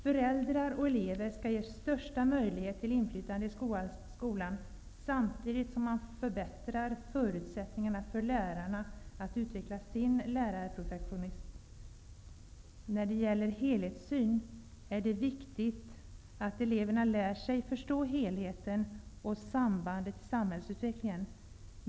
Föräldrar och elever skall ges största möjlighet till inflytande i skolan samtidigt som man förbättrar förutsättningarna för lärarna att utveckla sin lärarprofessionalism. Det är viktigt att eleverna lär sig förstå helheten och sambandet i samhällsutvecklingen.